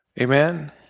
Amen